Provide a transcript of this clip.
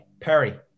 Perry